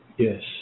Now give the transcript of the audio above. Yes